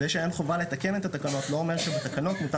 זה שאין חובה לתקן את התקנות לא אומר שבתקנות מותר